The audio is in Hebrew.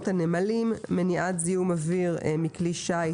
הנמלים (מניעת זיהום אוויר מכלי שיט),